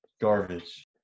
Garbage